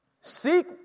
Seek